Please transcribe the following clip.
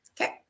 okay